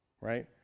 right